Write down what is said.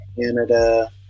Canada